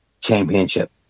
Championship